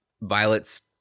violets